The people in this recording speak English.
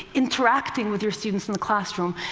interacting with your students in the classroom,